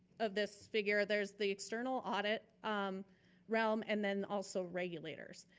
of this figure. there's the external audit um realm and then also regulators.